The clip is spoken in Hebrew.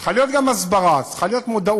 צריכה להיות גם הסברה, צריכה להיות מודעות.